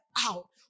out